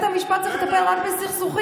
שבית המשפט צריך לטפל רק בסכסוכים.